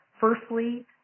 Firstly